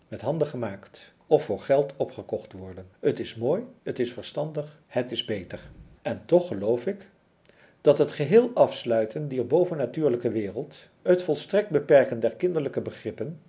met handen gemaakt of voor geld opkocht worden het is mooi het is verstandig het is beter en toch geloof ik dat het geheel afsluiten dier bovennatuurlijke wereld het volstrekt beperken der kinderlijke begrippen